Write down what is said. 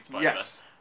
Yes